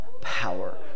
power